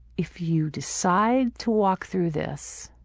if you decide to walk through this,